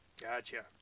Gotcha